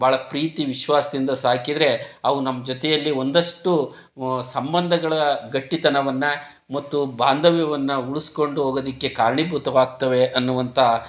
ಭಾಳ ಪ್ರೀತಿ ವಿಶ್ವಾಸದಿಂದ ಸಾಕಿದರೆ ಅವು ನಮ್ಮ ಜೊತೆಯಲ್ಲಿ ಒಂದಷ್ಟು ಸಂಬಂಧಗಳ ಗಟ್ಟಿತನವನ್ನು ಮತ್ತು ಬಾಂಧವ್ಯವನ್ನು ಉಳ್ಸ್ಕೊಂಡು ಹೋಗೋದಕ್ಕೆ ಕಾರಣೀಭೂತವಾಗ್ತವೆ ಅನ್ನುವಂಥ